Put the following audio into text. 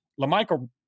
LaMichael